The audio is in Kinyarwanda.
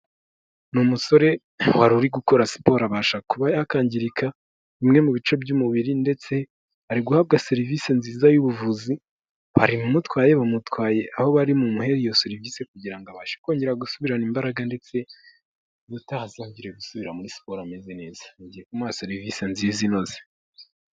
Ni umusore wari uri gukora siporo abasha kuba yakangirika bimwe mu bice by'umubiri ndetse ari guhabwa serivise nziza y'ubuvuzi, hari abamutwaye, bamutwaye aho baribumuhere iyo serivise kugira ngo abashe kongera gusubirana imbaraga ndetse n'ubutaha azongere gusubira muri siporo ameze neza, bagiye kumuha serivise nziza inoze.